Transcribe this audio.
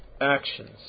actions